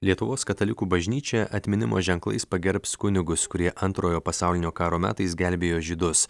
lietuvos katalikų bažnyčia atminimo ženklais pagerbs kunigus kurie antrojo pasaulinio karo metais gelbėjo žydus